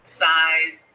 size